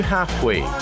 Halfway